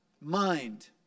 Mind